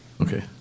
Okay